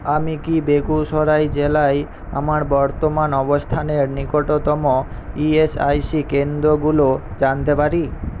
আমি কি বেগুসরাই জেলায় আমার বর্তমান অবস্থানের নিকটতম ইএসআইসি কেন্দ্রগুলো জানতে পারি